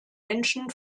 menschen